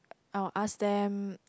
I will ask them